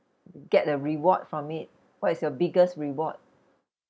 get a reward from it what is your biggest reward